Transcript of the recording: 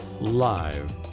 live